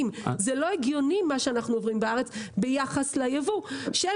אתה שואל שאלה